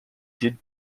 did